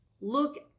look